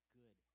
good